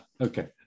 Okay